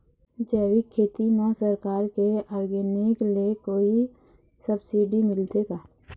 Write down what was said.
जैविक खेती म सरकार के ऑर्गेनिक ले कोई सब्सिडी मिलथे का?